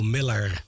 Miller